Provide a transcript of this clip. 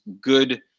good